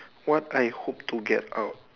what I hope to get out